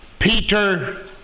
Peter